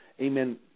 Amen